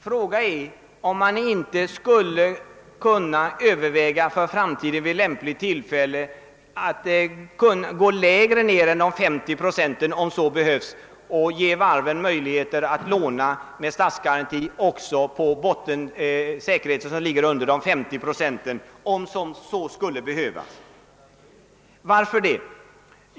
Fråga är om man inte skulle kunna överväga att för framtiden vid lämpligt tillfälle gå längre ned än de 50 procenten om så behövs och därigenom ge varven möjlighet att låna med statsgaranti också på säkerheter som ligger under de 50 procenten. Varför?